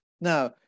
Now